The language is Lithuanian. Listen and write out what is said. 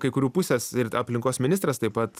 kai kurių pusės ir aplinkos ministras taip pat